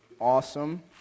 Awesome